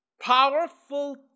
powerful